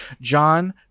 John